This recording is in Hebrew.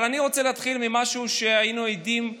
אבל אני רוצה להתחיל ממשהו שהיינו עדים לו